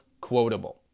quotable